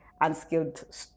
unskilled